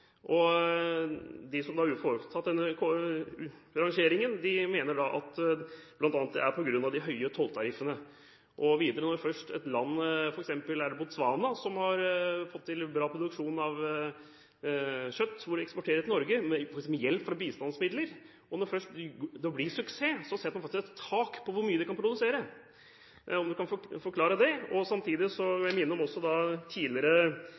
u-land. De som har foretatt denne rangeringen, mener at det bl.a. er på grunn av de høye tolltariffene. Videre: Når et land som f.eks. Botswana har fått til en god produksjon av kjøtt og har suksess – kjøtt de eksporterer til Norge som gjengjeld for bistandsmidler – setter man faktisk et tak på hvor mye kjøtt de kan produsere. Kan utenriksministeren forklare det? Jeg vil også minne om at tidligere